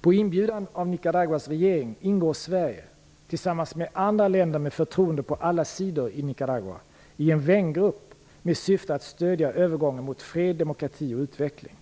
På inbjudan av Nicaraguas regering ingår Sverige, tillsammans med andra länder med förtroende på alla sidor i Nicaragua, i en vängrupp med syfte att stödja övergången mot fred, demokrati och utveckling.